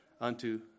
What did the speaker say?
unto